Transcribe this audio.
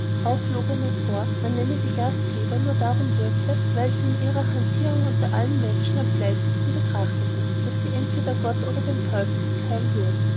auch log er mir vor man nenne die gastgeber nur darum würte weil sie in ihrer hantierung unter allen menschen am fleißigsten betrachteten daß sie entweder gott oder dem teufel zuteil würden